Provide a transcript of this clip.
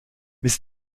mais